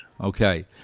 okay